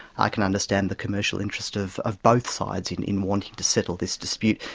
i can understand the commercial interest of of both sides in in wanting to settle this dispute,